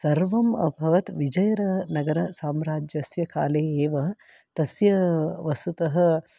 सर्वम् अभवत् विजयनगरसाम्राज्यस्य काले एव तस्य वस्तुतः